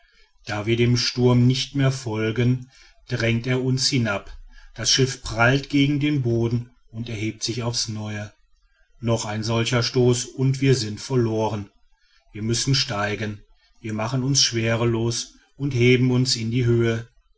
da wir dem sturm nicht mehr folgen drängt er uns hinab das schiff prallt gegen den boden und erhebt sich aufs neue noch ein solcher stoß und wir sind verloren wir müssen steigen wir machen uns schwerelos und heben uns in die höhe